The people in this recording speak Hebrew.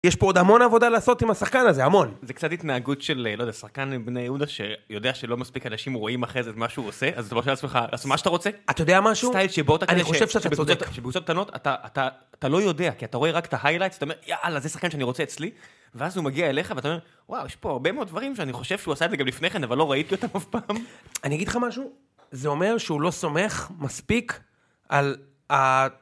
יש פה עוד המון עבודה לעשות עם השחקן הזה, המון. - זה קצת התנהגות של, לא יודע, שחקן בני יהודה, שיודע שלא מספיק אנשים רואים אחרי זה את מה שהוא עושה, אז אתה מרשה לעצמך לעשות מה שאתה רוצה. - אתה יודע משהו? - סטייל שבו - אני חושב ש - בקבוצות קטנות, אתה לא יודע, כי אתה רואה רק את ההיילייטס, אתה אומר, יאללה, זה שחקן שאני רוצה אצלי, ואז הוא מגיע אליך ואתה אומר, וואו, יש פה הרבה מאוד דברים שאני חושב שהוא עשה את זה גם לפני כן, אבל לא ראיתי אותם אף פעם. - אני אגיד לך משהו? זה אומר שהוא לא סומך מספיק על ה...